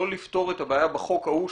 לא לפתור את הבעיה בחוק ההוא,